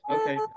okay